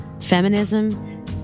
feminism